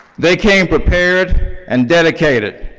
they came prepared and dedicated,